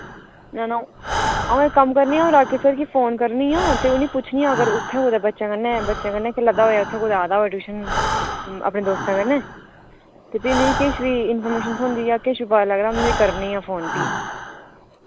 ना ना अ'ऊं अ'ऊं इक कम्म करनी आं राकेश सर गी फोन करनी आं ते उ'नें गी पुच्छनी आं अगर उत्थै कुतै बच्चें कन्नै बच्चें कन्नै खेला दा होए उत्थै कुतै आए दा होऐ ट्यूशन अपने दोस्तें कन्नै ते फ्ही मिगी किश बी इम्फरमेशन थ्होंदी जां किश बी पता लगदा में तुसें गी करनी आं फोन फ्ही